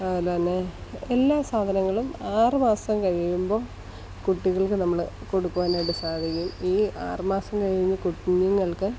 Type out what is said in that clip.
അതുപോലെ തന്നെ എല്ലാ സാധനങ്ങളും ആറ് മാസം കഴിയുമ്പോൾ കുട്ടികൾക്ക് നമ്മൾ കൊടുക്കുവാനായിട്ട് സാധിക്കും ഈ ആറ് മാസം കഴിഞ്ഞ് കുഞ്ഞുങ്ങൾക്ക്